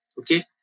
Okay